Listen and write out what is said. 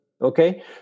Okay